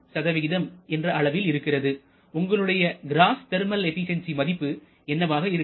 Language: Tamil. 9 என்ற அளவில் இருக்கிறது உங்களுடைய கிராஸ் தெர்மல் எபிசென்சி மதிப்பு என்னவாக இருக்கும்